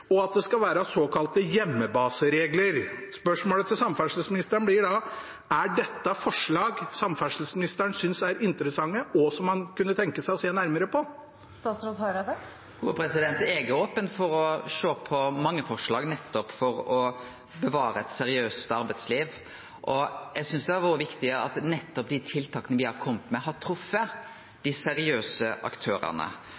og at det skal være såkalte hjemmebaseregler. Spørsmålet til samferdselsministeren blir da: Er dette forslag samferdselsministeren synes er interessante, og som han kunne tenke seg å se nærmere på? Eg er open for å sjå på mange forslag, nettopp for å bevare eit seriøst arbeidsliv. Eg synest det har vore viktig at dei tiltaka me har komme med, har